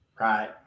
right